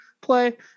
play